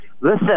Listen